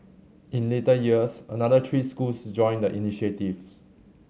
in later years another three schools joined the initiative